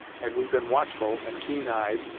had we been watchful, and keen eyed,